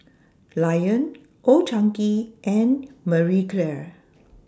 Lion Old Chang Kee and Marie Claire